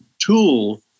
tool